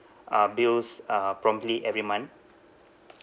uh bills uh promptly every month